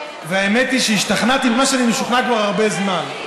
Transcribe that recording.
והאמת היא שהשתכנעתי במה שאני משוכנע כבר הרבה זמן.